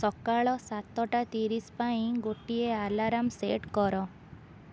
ସକାଳ ସାତଟା ତିରିଶ ପାଇଁ ଗୋଟିଏ ଆଲାର୍ମ ସେଟ୍ କର